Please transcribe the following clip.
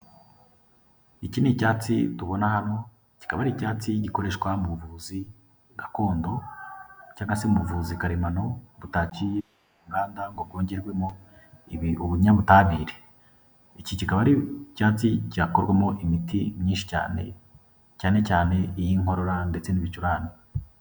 Iki ni icyatsi tubona hano, kikaba ari icyatsi gikoreshwa mu buvuzi gakondo cyangwa se mu buvuzi karemano butaciye mu nganda ngo bwongerwemo ubunyabutabire. Iki kikaba ari icyatsi cyakorwamo imiti myinshi cyane cyane iy'inkorora ndetse n'ibicurane.